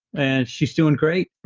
and she's doing great